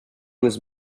was